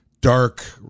dark